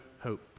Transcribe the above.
hope